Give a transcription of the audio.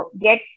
get